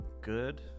good